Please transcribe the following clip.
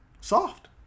Soft